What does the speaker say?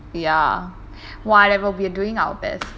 ya whatever we are doing our best